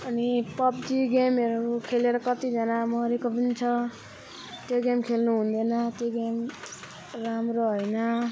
अनि पबजी गेमहरू खेलेर कतिजना मरेको पनि छ त्यो गेम खेल्नु हुँदैन त्यो गेम राम्रो होइन